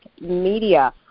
Media